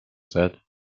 said